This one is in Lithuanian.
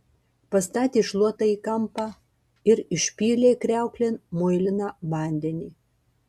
pastatė šluotą į kampą ir išpylė kriauklėn muiliną vandenį